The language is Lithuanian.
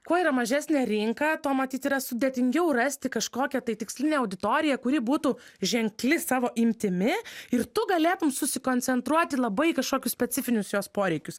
kuo yra mažesnė rinka tuo matyt yra sudėtingiau rasti kažkokią tai tikslinę auditoriją kuri būtų ženkli savo imtimi ir tu galėtum susikoncentruot į labai kažkokius specifinius jos poreikius